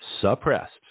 suppressed